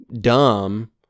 dumb